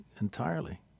entirely